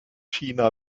china